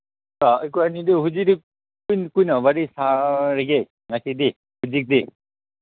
ꯑꯩꯈꯣꯏ ꯑꯅꯤꯗꯨ ꯍꯧꯖꯤꯛꯇꯤ ꯀꯨꯏꯅ ꯀꯨꯏꯅ ꯋꯥꯔꯤ ꯁꯥꯔꯒꯦ ꯉꯁꯤꯗꯤ ꯍꯧꯖꯤꯛꯇꯤ